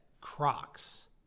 Crocs